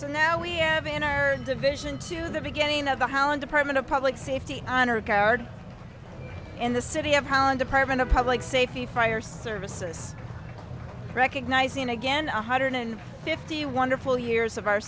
so now we have an hour and a vision to the beginning of the hauen department of public safety honor guard in the city of holland department of public safe the fire services recognizing again a hundred and fifty wonderful years of our